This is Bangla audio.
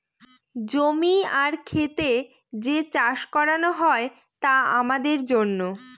জমি আর খেত যে চাষ করানো হয় তা আমাদের জন্য